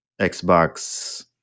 Xbox